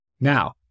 Now